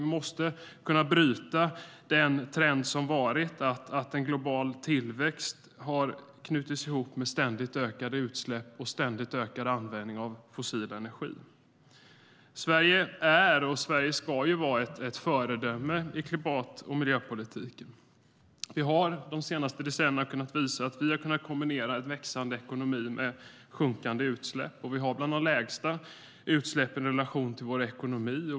Vi måste bryta den trend som varit där global tillväxt knutits ihop med ständigt ökade utsläpp globalt och ständigt ökad användning av fossil energi. Sverige är och ska vara ett föredöme i klimat och miljöpolitiken. Vi har de senaste decennierna visat att vi har kunnat kombinera en växande ekonomi med minskade utsläpp. Vi har bland de lägsta utsläppen i relation till vår ekonomi.